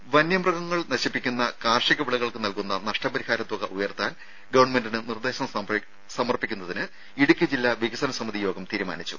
രും വന്യമൃഗങ്ങൾ നശിപ്പിക്കുന്ന കാർഷിക വിളകൾക്ക് നൽകുന്ന നഷ്ടപരിഹാരത്തുക ഉയർത്താൻ ഗവൺമെന്റിന് നിർദേശം സമർപ്പിക്കാൻ ഇടുക്കി ജില്ലാ വികസന സമിതി യോഗം തീരുമാനിച്ചു